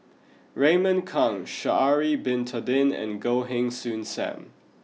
Raymond Kang Sha'ari bin Tadin and Goh Heng Soon Sam